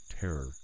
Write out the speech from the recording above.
terror